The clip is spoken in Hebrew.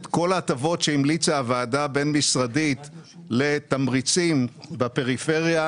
כל ההטבות שהמליצה הוועדה הבין-משרדית לתמריצים בפריפריה,